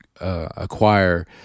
acquire